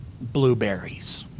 blueberries